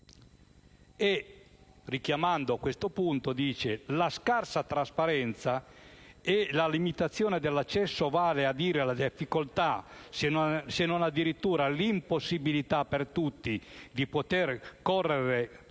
Richiamando questo punto, afferma inoltre che la scarsa trasparenza e la limitazione dell'accesso, vale a dire la difficoltà, se non addirittura l'impossibilità, per tutti di poter concorrere